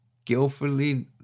skillfully